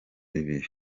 ibiri